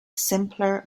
simpler